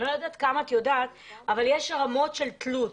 אני לא יודעת כמה את יודעת, אבל יש רמות של תלת.